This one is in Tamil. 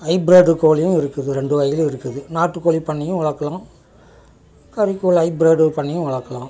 ஹைப்ரேட் கோழியும் இருக்குது ரெண்டு வகையிலையும் இருக்குது நாட்டு கோழி பண்ணையும் வளர்க்குலாம் கறி வளர்க்குறோம்